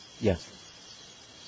Yes